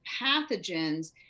pathogens